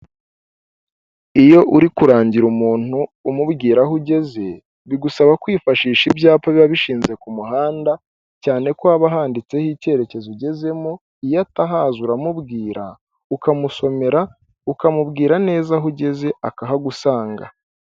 Iyo uri kurangira umuntu umubwira aho ugeze, bigusaba kwifashisha ibyapa biba bishinze ku muhanda, cyane ko aba handitseho icyerekezo ugezemo, iyo atahaza uramubwira, ukamusomera ukamubwira neza aho ugeze akahagusanga.